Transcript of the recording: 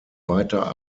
weiter